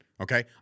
Okay